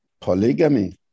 polygamy